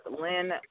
Lynn